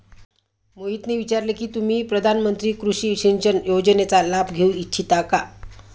मोहितने विचारले की तुम्ही प्रधानमंत्री कृषि सिंचन योजनेचा लाभ घेऊ इच्छिता का?